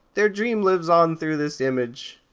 their dream lives on through this image.